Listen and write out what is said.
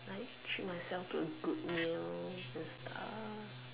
like treat myself to a good meal and stuff